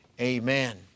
Amen